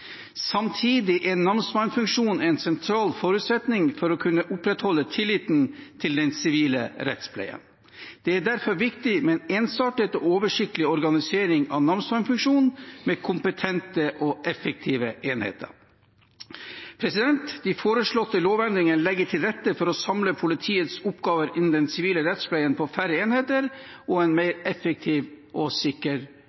Samtidig er namsmannsfunksjonen en sentral forutsetning for å kunne opprettholde tilliten til den sivile rettspleien. Det er derfor viktig med en ensartet og oversiktlig organisering av namsmannsfunksjonen med kompetente og effektive enheter. De foreslåtte lovendringene legger til rette for å samle politiets oppgaver innen den sivile rettspleien på færre enheter og en